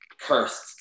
cursed